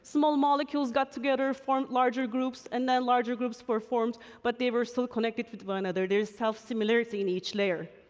small molecules got together, formed larger groups, and then larger groups were formed, but they were still connected with one another. there is self-similarity in each layer.